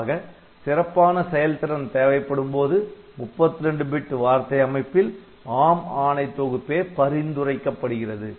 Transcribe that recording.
ஆக சிறப்பான செயல் திறன் தேவைப்படும் போது 32 பிட் வார்த்தை அமைப்பில் ARM ஆணை தொகுப்பே பரிந்துரைக்கப்படுகிறது